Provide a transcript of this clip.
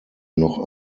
noch